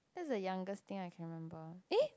that's the youngest thing I can remember eh